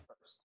first